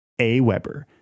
AWeber